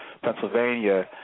Pennsylvania